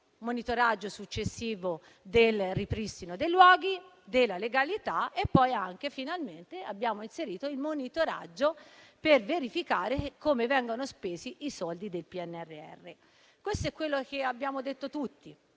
monitoraggio successivo del ripristino dei luoghi e della legalità. Infine, abbiamo anche inserito il monitoraggio per verificare come vengono spesi i soldi del PNRR. Questo è ciò che abbiamo detto tutti,